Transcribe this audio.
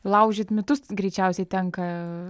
laužyt mitus greičiausiai tenka